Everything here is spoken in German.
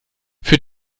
für